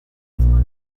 endemismo